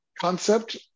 concept